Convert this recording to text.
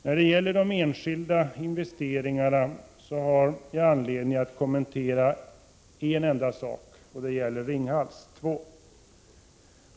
När det gäller de enskilda investeringarna har jag anledning att kommentera en enda punkt, och det gäller Ringhals 2.